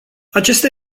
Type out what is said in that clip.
acesta